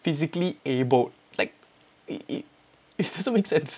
physically abled like it it doesn't make sense